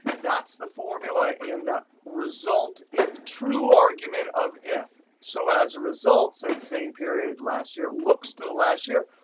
that's the formula in the result if true argument of if. so as a result, since same period last year looks to the last year,